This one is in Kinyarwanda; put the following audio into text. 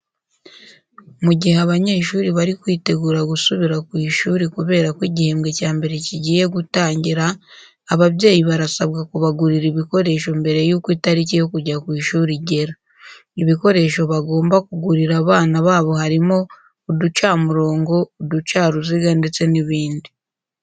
Mu gihe abanyeshuri bari kwitegura gusubira ku ishuri kubera ko igihembwe cya mbere kigiye gutangira, ababyeyi barasabwa kubagurira ibikoresho mbere yuko itariki yo kujya ku ishuri igera. Ibikoresho bagomba kugurira abana babo harimo uducamurongo, uducaruziga ndetse n'ibindi.